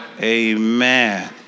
Amen